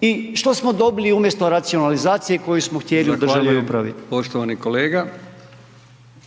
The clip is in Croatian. i što smo dobili umjesto racionalizacije koju smo htjeli u državnoj upravi?